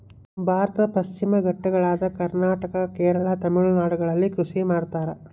ಭಾರತದ ಪಶ್ಚಿಮ ಘಟ್ಟಗಳಾದ ಕರ್ನಾಟಕ, ಕೇರಳ, ತಮಿಳುನಾಡುಗಳಲ್ಲಿ ಕೃಷಿ ಮಾಡ್ತಾರ?